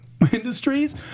Industries